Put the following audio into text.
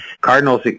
Cardinals